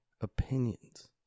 opinions